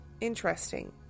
Interesting